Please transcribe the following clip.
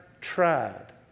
tribe